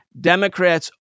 Democrats